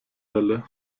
welle